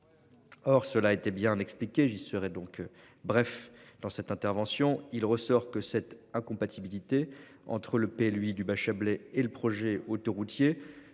Or cela été bien expliqué j'y serai donc bref dans cette intervention il ressort que cette incompatibilité entre le paie lui du Bachabélé et le projet autoroutier